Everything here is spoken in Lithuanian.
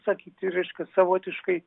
sakyti reiškia savotiškai